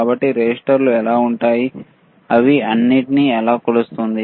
కాబట్టి రెసిస్టర్లు ఎలా ఉంటాయి ఇవి అన్నింటిని ఎలా కొలుస్తుంది